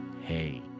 hey